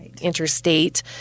interstate